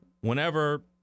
whenever